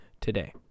today